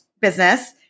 business